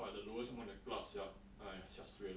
!wah! the lowest some more in the class sia !wah! xia suay lah